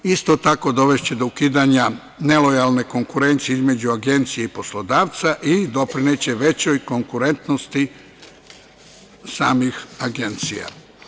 Isto tako, dovešće do ukidanja nelojalne konkurencije između agencije i poslodavca i doprineće većoj konkurentnosti samih agencija.